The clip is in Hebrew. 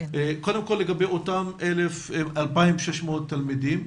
לגבי אותם 2,600 תלמידים,